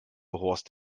horst